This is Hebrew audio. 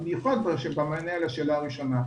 במיוחד במענה על השאלה הראשונה.